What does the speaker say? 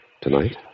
Tonight